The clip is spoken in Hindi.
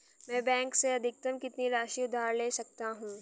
मैं बैंक से अधिकतम कितनी राशि उधार ले सकता हूँ?